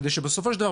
כדי שבסופו של דבר,